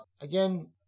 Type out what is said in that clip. again